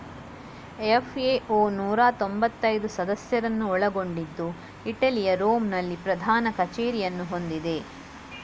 FAO ನೂರಾ ತೊಂಭತ್ತೈದು ಸದಸ್ಯರನ್ನು ಒಳಗೊಂಡಿದ್ದು ಇಟಲಿಯ ರೋಮ್ ನಲ್ಲಿ ಪ್ರಧಾನ ಕಚೇರಿಯನ್ನು ಹೊಂದಿದೆ